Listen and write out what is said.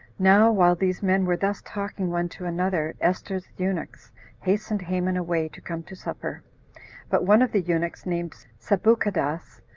now while these men were thus talking one to another, esther's eunuchs hastened haman away to come to supper but one of the eunuchs, named sabuchadas,